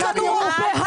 יש לנו רוב בהכול.